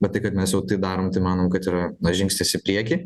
bet tai kad mes jau tai darom tai manau kad yra na žingsnis į priekį